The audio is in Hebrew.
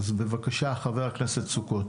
אז בבקשה, חבר הכנסת סוכות.